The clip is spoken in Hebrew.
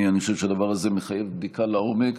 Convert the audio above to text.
אני חושב שהדבר הזה מחייב בדיקה לעומק.